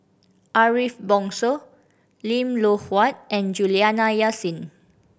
Ariff Bongso Lim Loh Huat and Juliana Yasin